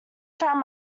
found